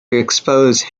expose